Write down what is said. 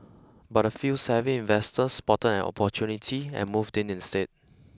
but a few savvy investors spotted an opportunity and moved in instead